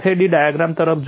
FAD diagram તરફ જુઓ